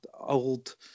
old